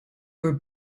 were